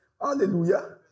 Hallelujah